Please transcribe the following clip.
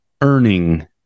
earning